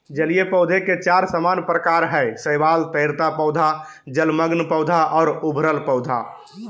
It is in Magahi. जलीय पौधे के चार सामान्य प्रकार हइ शैवाल, तैरता पौधा, जलमग्न पौधा और उभरल पौधा